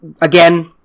Again